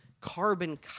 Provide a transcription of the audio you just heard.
carbon